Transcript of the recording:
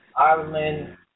Ireland